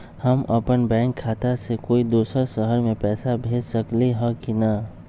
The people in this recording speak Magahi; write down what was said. हम अपन बैंक खाता से कोई दोसर शहर में पैसा भेज सकली ह की न?